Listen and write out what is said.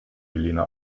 helena